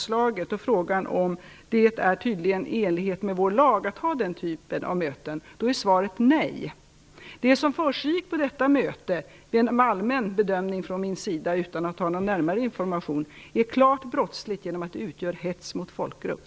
Svaret på frågan om ifall det är i enlighet med vår lag att anordna möten av detta slag är nej. Enligt en allmän bedömning från min sida - jag har inte någon närmare information - är det som försiggick på detta möte klart brottsligt genom att det utgör hets mot folkgrupp.